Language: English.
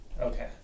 Okay